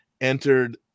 entered